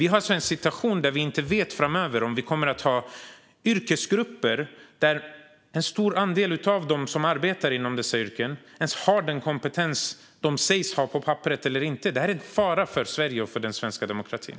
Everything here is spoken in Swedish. Vi har en situation i Sverige som gör att vi framöver kanske kommer att ha yrkesgrupper med en stor andel personer som inte har den kompetens som står på papperet för de yrken de arbetar inom. Det är en fara för Sverige och den svenska demokratin.